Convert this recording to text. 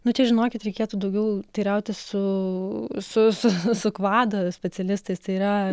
nu čia žinokit reikėtų daugiau teirautis su su su su kvad specialistais tai yra